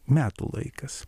metų laikas